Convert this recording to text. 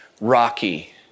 Rocky